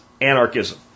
anarchism